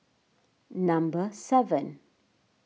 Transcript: number seven